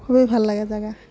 খুবেই ভাল লগা জেগা